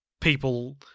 people